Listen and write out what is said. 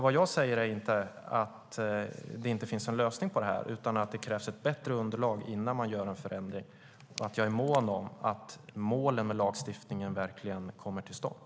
Vad jag säger är inte att det inte finns någon lösning på det här utan att det krävs ett bättre underlag innan man gör en förändring och att jag är mån om att målen med lagstiftningen verkligen kommer till stånd.